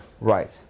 Right